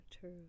true